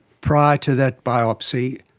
prior to that biopsy,